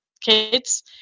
kids